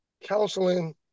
counseling